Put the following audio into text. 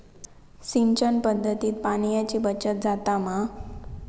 सिंचन पध्दतीत पाणयाची बचत जाता मा?